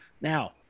Now